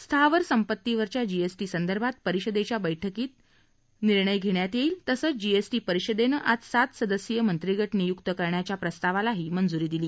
स्थावर संपत्तीवरच्या जीएसटी संदर्भात परिषदेच्या बक्कीत निर्णय घेण्यात येईल तसंच जीएसटी परिषदेनं आज सात सदस्यीय मंत्रीगट नियुक्त करण्याच्या प्रस्तावालाही मंजुरी दिली